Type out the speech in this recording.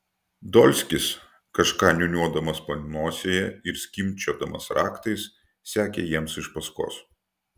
dolskis kažką niūniuodamas panosėje ir skimbčiodamas raktais sekė jiems iš paskos